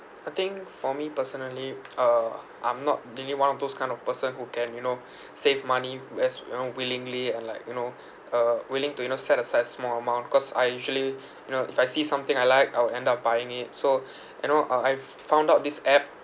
I think for me personally uh I'm not really one of those kind of person who can you know save money as you know willingly and like you know uh willing to you know set aside small amount cause I usually you know if I see something I like I will end up buying it so you know uh I f~ found out this app